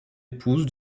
épouse